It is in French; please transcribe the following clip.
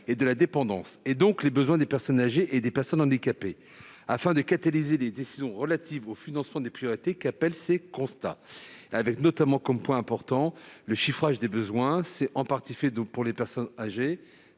et de la dépendance, donc les besoins des personnes âgées et des personnes handicapées, afin de « catalyser » les décisions relatives au financement des priorités qu'appellent ces constats. Le point crucial, vous l'avez compris, est le chiffrage. C'est en partie fait pour les personnes âgées,